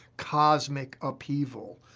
cosmic upheaval,